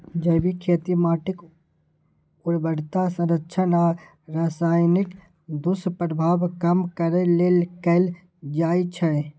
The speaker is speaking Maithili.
जैविक खेती माटिक उर्वरता संरक्षण आ रसायनक दुष्प्रभाव कम करै लेल कैल जाइ छै